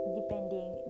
depending